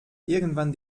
irgendwann